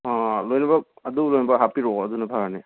ꯂꯣꯏꯅꯕꯛ ꯑꯗꯨ ꯂꯣꯏꯅꯕꯛ ꯍꯥꯞꯄꯤꯔꯛꯑꯣ ꯑꯗꯩꯅ ꯐꯔꯅꯤ